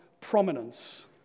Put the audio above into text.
prominence